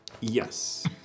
Yes